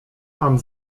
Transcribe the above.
mam